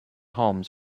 homes